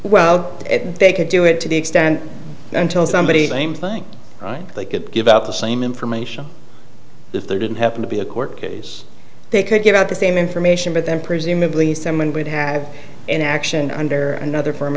well they could do it to the extent until somebody the same thing they could give out the same information if they didn't happen to be a court case they could give out the same information but then presumably someone would have an action under another form